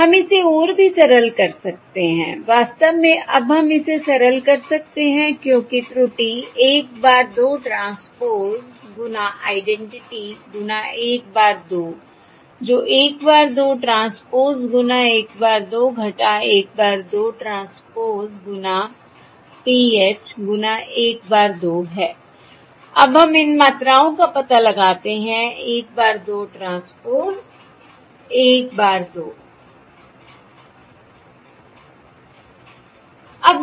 हम इसे और भी सरल कर सकते हैं वास्तव में अब हम इसे सरल कर सकते हैं क्योंकि त्रुटि 1 bar 2 ट्रांसपोज़ गुणा आइडेंटिटी गुणा 1 bar 2 जो 1 bar 2 ट्रांसपोज़ गुणा 1 bar 2 1 bar 2 ट्रांसपोज़ गुणा PH गुणा 1 bar 2 है अब हम इन मात्राओं का पता लगाते हैं 1 bar 2 ट्रांसपोज़ 1 bar 2